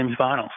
semifinals